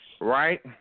right